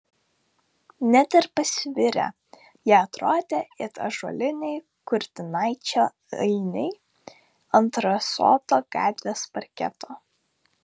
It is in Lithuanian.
net ir pasvirę jie atrodė it ąžuoliniai kurtinaičio ainiai ant rasoto gatvės parketo